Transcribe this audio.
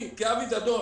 לי כאבי דדון